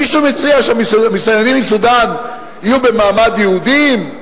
מישהו מציע שהמסתננים מסודן יהיו במעמד יהודים?